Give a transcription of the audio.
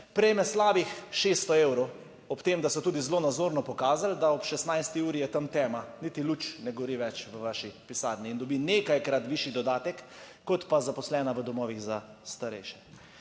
prejme slabih 600 evrov, ob tem, da so tudi zelo nazorno pokazali, da ob 16. uri je tam tema, niti luč ne gori več v vaši pisarni in dobi nekajkrat višji dodatek kot pa zaposlena v domovih za starejše.